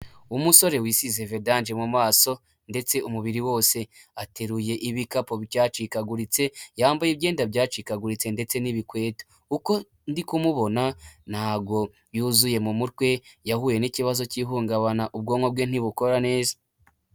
Umusore wisize vedange mu maso ndetse umubiri wose, ateruye ibikapu byacikaguritse yambaye, imyenda byacikaguritse ndetse n'ibikweta, uko ndi kumubona ntago yuzuye mu mutwe, yahuye n'ikibazo cy'ihungabana ubwonko bwe ntibukora neza.